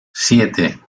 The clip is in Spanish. siete